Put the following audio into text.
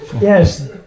Yes